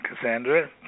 Cassandra